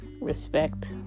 respect